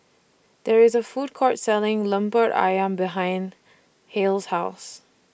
There IS A Food Court Selling Lemper Ayam behind Hale's House